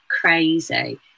crazy